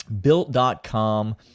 built.com